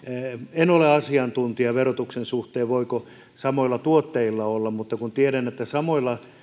en ole asiantuntija verotuksen suhteen voiko samoilla tuottajilla olla mutta kun tiedän että samoilla